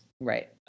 Right